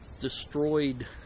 destroyed